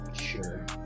sure